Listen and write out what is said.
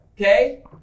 okay